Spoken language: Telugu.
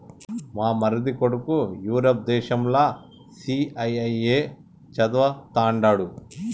మా మరిది కొడుకు యూరప్ దేశంల సీఐఐఏ చదవతండాడు